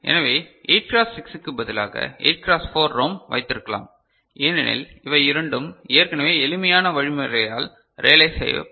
எனவே 8 கிராஸ் 6 க்கு பதிலாக 8 கிராஸ் 4 ரோம் வைத்திருக்கலாம் ஏனெனில் இவை இரண்டும் ஏற்கனவே எளிமையான வழிமுறைகளால் ரியலைஸ் செய்யப்பட்டுள்ளன